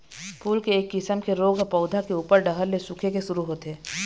फूल के एक किसम के रोग ह पउधा के उप्पर डहर ले सूखे के शुरू होथे